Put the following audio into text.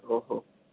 ഓഹോ